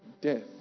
death